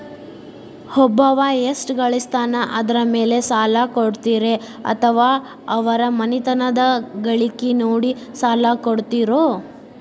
ಒಬ್ಬವ ಎಷ್ಟ ಗಳಿಸ್ತಾನ ಅದರ ಮೇಲೆ ಸಾಲ ಕೊಡ್ತೇರಿ ಅಥವಾ ಅವರ ಮನಿತನದ ಗಳಿಕಿ ನೋಡಿ ಸಾಲ ಕೊಡ್ತಿರೋ?